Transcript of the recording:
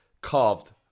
carved